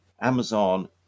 Amazon